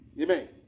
Amen